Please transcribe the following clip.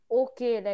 okay